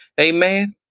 Amen